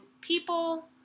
people